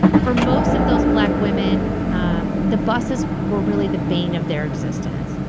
for most of those black women um the buses were really the bane of their existence.